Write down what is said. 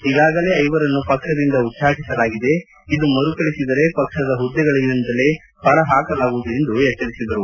ಈಗಾಗಲೇ ಐವರನ್ನು ಪಕ್ಷದಿಂದಲೇ ಉಚ್ಛಾಟಿಸಲಾಗಿದೆ ಇದು ಮರುಕಳಿಸಿದರೆ ಪಕ್ಷದ ಹುದ್ದೆಗಳಿಂದಲೇ ಹೊರಹಾಕಲಾಗುವುದು ಎಂದು ಎಚ್ಚರಿಸಿದರು